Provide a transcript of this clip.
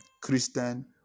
Christian